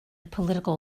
political